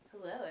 Hello